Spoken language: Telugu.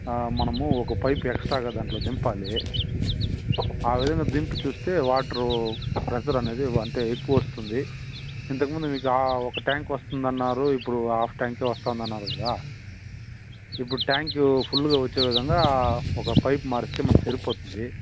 మనము ఒక పైపు ఎక్స్ట్రాగా దానిలో దింపాలి ఆ విధంగా దింపి చూస్తే వాటరు ప్రెషర్ అనేది అంటే ఎక్కువ వస్తుంది ఇంతక ముందు మీ ఒక్క ట్యాంకు వస్తుంది అన్నారు ఇప్పుడు హాఫ్ ట్యాంకే వస్తుంది అన్నారు కదా ఇప్పుడు ట్యాంకు ఫుల్గా వచ్చే విధంగా ఒక పైపు మారిస్తే మనకి సరిపోతుంది